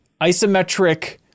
isometric